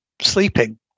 sleeping